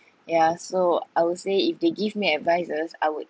yeah so I would say if they give me advices I would